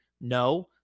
No